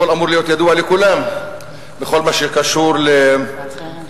הוספנו שעות לימוד בשפה,